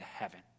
heaven